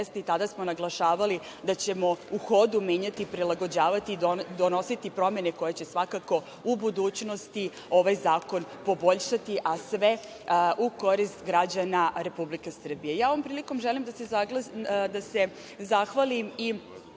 i tada smo naglašavali da ćemo u hodu menjati, prilagođavati i donosite promene koje će svakako u budućnosti ovaj zakon poboljšati, a sve u korist građana Republike Srbije. Ovom prilikom želim da se zahvalim i